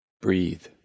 breathe